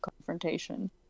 confrontation